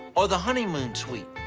or the honeymoon suite,